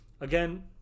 Again